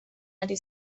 ari